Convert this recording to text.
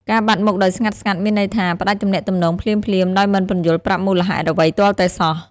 ការបាត់មុខដោយស្ងាត់ៗមានន័យថា ផ្ដាច់ទំនាក់ទំនងភ្លាមៗដោយមិនពន្យល់ប្រាប់មូលហេតុអ្វីទាល់តែសោះ។